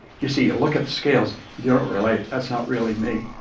you see, you look at the scales, you don't relate, that's not really me.